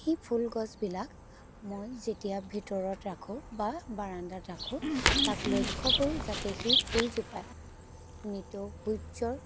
সেই ফুলগছবিলাক মই যেতিয়া ভিতৰত ৰাখোঁ বা বাৰান্দাত ৰাখোঁ তাক লক্ষ্য কৰোঁ যাতে সেই ফুলজোপাই নিতৌ সূৰ্য্যৰ